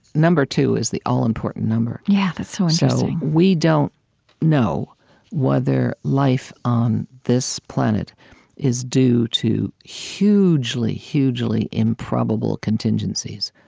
number two is the all-important number yeah that's so interesting we don't know whether life on this planet is due to hugely, hugely improbably contingencies